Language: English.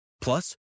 Plus